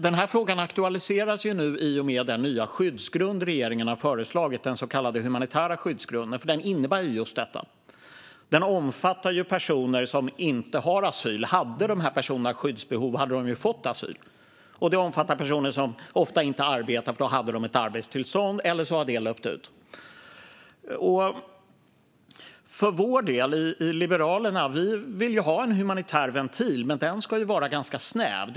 Denna fråga aktualiseras nu i och med den nya skyddsgrund som regeringen har föreslagit, den så kallade humanitära skyddsgrunden, och som innebär just detta. Den omfattar personer som inte har asyl. Om dessa personer hade haft skyddsbehov hade de fått asyl. Och den omfattar personer som ofta inte arbetar, för då hade de haft ett arbetstillstånd, om inte detta har löpt ut. Vi i Liberalerna vill ha en humanitär ventil, men den ska vara ganska snäv.